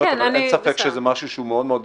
אבל אין ספק שזה משהו שהוא מאוד מאוד הכרחי.